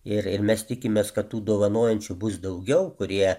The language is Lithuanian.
ir ir mes tikimės kad tų dovanojančių bus daugiau kurie